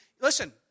Listen